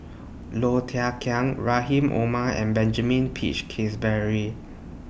Low Thia Khiang Rahim Omar and Benjamin Peach Keasberry